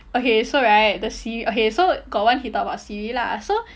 okay so right the siri okay so got one he talk about siri lah so